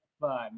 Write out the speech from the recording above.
fun